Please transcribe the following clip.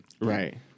right